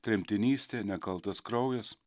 tremtinystė nekaltas kraujas